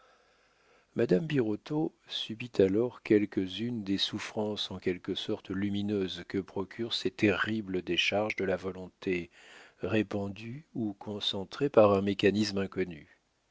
madame birotteau subit alors quelques-unes des souffrances en quelque sorte lumineuses que procurent ces terribles décharges de la volonté répandue ou concentrée par un mécanisme inconnu